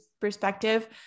perspective